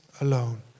alone